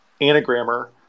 anagrammer